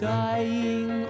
dying